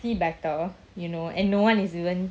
see better you know and no one is even